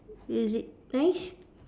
is it nice